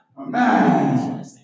Amen